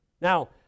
now